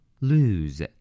Lose